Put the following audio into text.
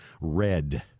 red